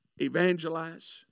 evangelize